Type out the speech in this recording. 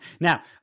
now